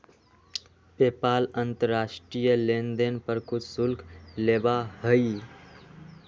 PayPal अंतर्राष्ट्रीय लेनदेन पर कुछ शुल्क लेबा हई